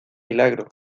milagro